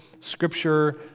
Scripture